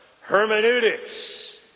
hermeneutics